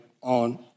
on